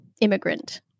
immigrant